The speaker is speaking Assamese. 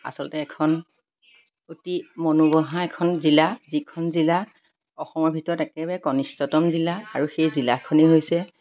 আচলতে এখন অতি মনোমোহা এখন জিলা যিখন জিলা অসমৰ ভিতৰত একেবাৰে কণিষ্ঠতম জিলা আৰু সেই জিলাখনেই হৈছে